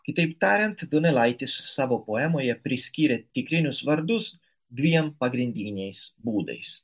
kitaip tariant donelaitis savo poemoje priskyrė tikrinius vardus dviem pagrindiniais būdais